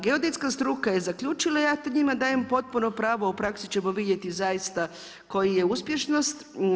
Geodetska struka je zaključila, ja tu njima dajem potpuno pravo, u praksi ćemo vidjeti zaista koja je uspješnost.